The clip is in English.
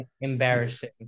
embarrassing